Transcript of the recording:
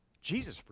Jesus